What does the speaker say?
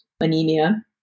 anemia